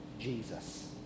Jesus